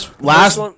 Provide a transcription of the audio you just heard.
last